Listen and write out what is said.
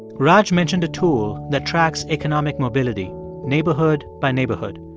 raj mentioned a tool that tracks economic mobility neighborhood by neighborhood.